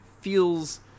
feels